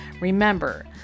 Remember